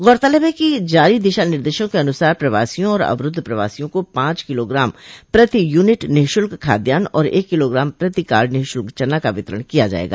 गौरतलब है कि जारी दिशा निर्देशों के अनुसार प्रवासियों और अवरूद्ध प्रवासियों को पांच किलोग्राम प्रति यूनिट निःशुल्क खाद्यान और एक किलोग्राम प्रति कार्ड निःशुल्क चना का वितरण किया जायेगा